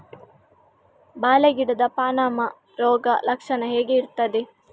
ಬಾಳೆ ಗಿಡದ ಪಾನಮ ರೋಗ ಲಕ್ಷಣ ಹೇಗೆ ಇರ್ತದೆ?